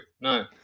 No